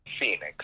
Phoenix